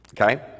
Okay